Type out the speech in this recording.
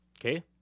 Okay